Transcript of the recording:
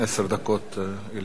עשר דקות לרשותך.